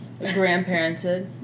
Grandparented